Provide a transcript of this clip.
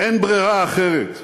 אין ברירה אחרת.